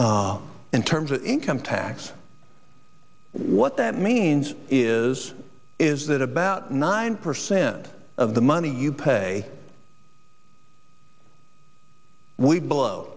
in terms of income tax what that means is is that about nine percent of the money you pay we blow